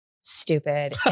stupid